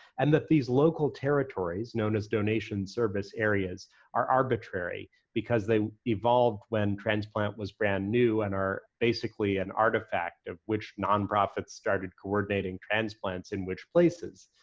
and that these local territories known as donation service areas are arbitrary because they evolved when transplant was brand new and are basically an artifact of which nonprofits started coordinating transplants in which places.